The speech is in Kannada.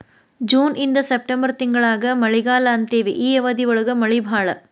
ಜೂನ ಇಂದ ಸೆಪ್ಟೆಂಬರ್ ತಿಂಗಳಾನ ಮಳಿಗಾಲಾ ಅಂತೆವಿ ಈ ಅವಧಿ ಒಳಗ ಮಳಿ ಬಾಳ